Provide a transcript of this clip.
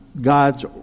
God's